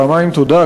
פעמיים תודה,